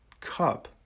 cup